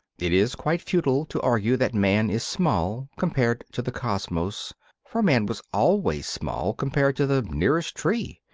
it is quite futile to argue that man is small compared to the cosmos for man was always small compared to the nearest tree.